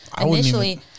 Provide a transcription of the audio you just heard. initially